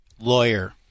Lawyer